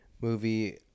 movie